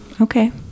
Okay